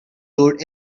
road